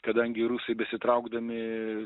kadangi rusai besitraukdami